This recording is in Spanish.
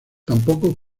tampoco